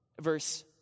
verse